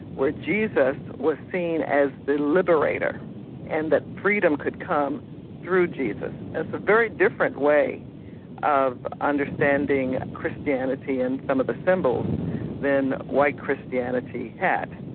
where jesus was seen as the liberator and that freedom could come through jesus. it's a very different way of understanding christianity and some of the symbols that white christianity had.